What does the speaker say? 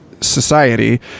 society